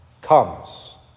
comes